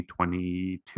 2022